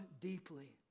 deeply